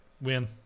Win